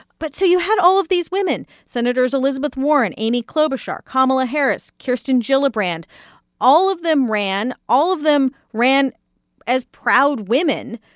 but so you had all of these women senators elizabeth warren, amy klobuchar, kamala harris, kirsten gillibrand all of them ran. all of them ran as proud women.